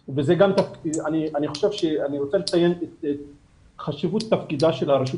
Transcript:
אני רוצה לציין את חשיבות תפקידה של הרשות